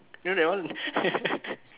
know that one